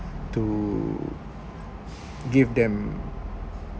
to give them